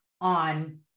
on